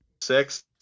Six